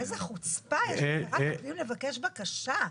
איזו חוצפה יש לך, בדיון לבקש בקשה.